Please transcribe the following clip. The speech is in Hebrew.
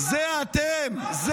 זה אתם.